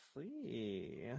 see